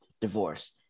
divorce